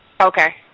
Okay